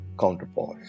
counterpoise